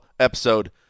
episode